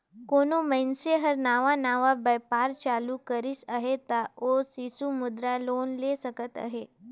कोनो मइनसे हर नावा नावा बयपार चालू करिस अहे ता ओ सिसु मुद्रा लोन ले सकत अहे